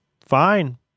fine